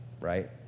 right